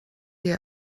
ihr